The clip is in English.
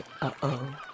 uh-oh